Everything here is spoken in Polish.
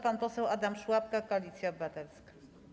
Pan poseł Adam Szłapka, Koalicja Obywatelska.